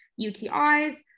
UTIs